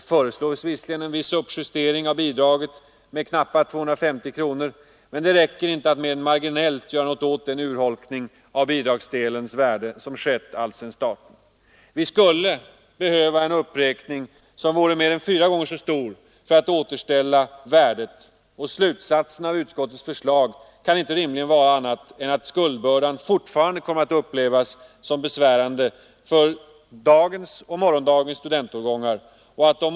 Visserligen föreslås en viss uppjustering av bidraget med knappa 250 kronor, men det räcker inte för att mer än marginellt göra något åt den urholkning av bidragsdelens värde som skett alltsedan starten. Vi skulle behöva en uppräkning som vore mer än fyra gånger så stor för att återställa värdet. Slutsatsen av utskottets förslag kan inte rimligen bli någon annan än att skuldbördan fortfarande kommer att upplevas som besvärande för dagens och morgondagens studentårgångar.